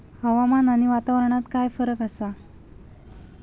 हवामान आणि वातावरणात काय फरक असा?